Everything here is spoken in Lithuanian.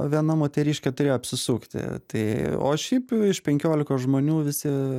viena moteriškė turėjo apsisukti tai o šiaip iš penkiolikos žmonių visi